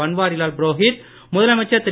பன்வாரிலால் புரோஹித் முதலமைச்சர் திரு